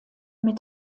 mit